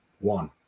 one